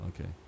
Okay